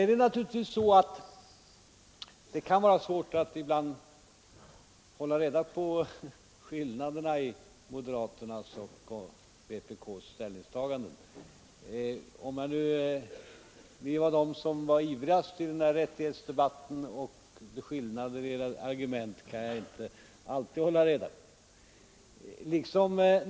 Det kan naturligtvis vara svårt ibland att hålla reda på skillnaderna i moderaternas och vpk ställningstaganden. Om det var vi som var ivrigast eller vilka skillnaderna är i era argument, kan jag inte alltid hålla reda på.